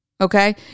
okay